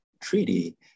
treaty